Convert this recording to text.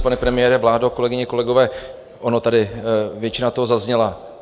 Pane premiére, vládo, kolegyně, kolegové, ona toho tady většina zazněla.